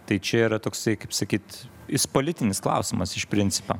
tai čia yra toksai kaip sakyt jis politinis klausimas iš principo